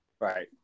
right